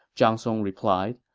zhang song replied.